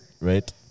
right